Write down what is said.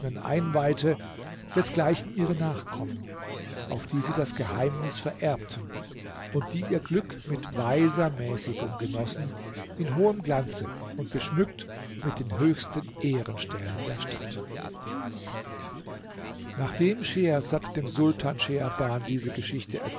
einweihte desgleichen ihre nachkommen auf die sie das geheimnis vererbten und die ihr glück mit weiser mäßigung genossen in hohem glanze und geschmückt mit den höchsten ehrenstellen der stadt nachdem schehersad dem sultan scheherban diese geschichte